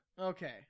Okay